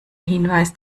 hinweis